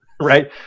Right